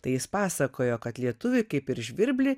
tai jis pasakojo kad lietuvį kaip ir žvirblį